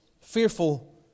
fearful